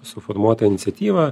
suformuota iniciatyva